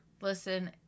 Listen